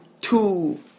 two